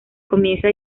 comienza